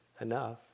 enough